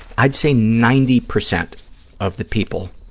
i'd say ninety percent of the people